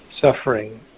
suffering